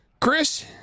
Chris